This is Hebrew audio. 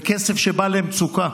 זה כסף שבא למצוקה.